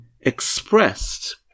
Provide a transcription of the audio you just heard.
expressed